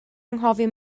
anghofio